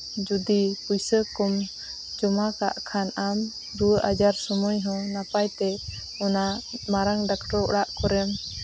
ᱡᱩᱫᱤ ᱯᱩᱭᱥᱟᱹ ᱠᱚᱢ ᱡᱚᱢᱟ ᱠᱟᱜ ᱠᱷᱟᱱ ᱟᱢ ᱨᱩᱣᱟᱹᱜ ᱟᱡᱟᱨ ᱥᱚᱢᱚᱭ ᱦᱚᱸ ᱱᱟᱯᱟᱭ ᱛᱮ ᱚᱱᱟ ᱢᱟᱨᱟᱝ ᱰᱟᱠᱴᱚᱨ ᱚᱲᱟᱜ ᱠᱚᱨᱮᱢ